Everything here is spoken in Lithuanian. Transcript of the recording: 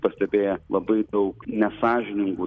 pastebėję labai daug nesąžiningų